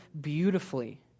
beautifully